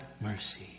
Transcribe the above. mercy